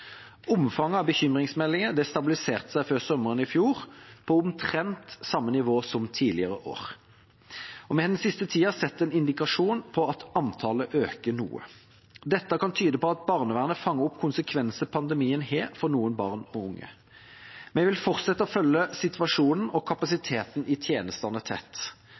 Omfanget av bekymringsmeldinger stabiliserte seg før sommeren i fjor på omtrent samme nivå som tidligere år. Vi har den siste tida sett en indikasjon på at antallet øker noe. Dette kan tyde på at barnevernet fanger opp konsekvenser pandemien har for noen barn og unge. Vi vil fortsette å følge situasjonen og kapasiteten i tjenestene tett,